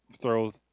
throw